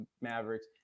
Mavericks